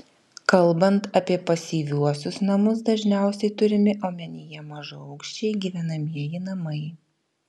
kalbant apie pasyviuosius namus dažniausiai turimi omenyje mažaaukščiai gyvenamieji namai